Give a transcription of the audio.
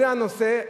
זה הנושא,